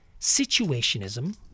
situationism